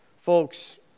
Folks